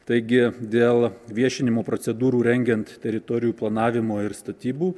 taigi dėl viešinimo procedūrų rengiant teritorijų planavimo ir statybų